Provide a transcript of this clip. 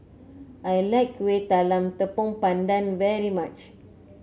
I like Kueh Talam Tepong Pandan very much